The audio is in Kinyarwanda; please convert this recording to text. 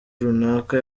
runaka